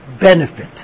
benefit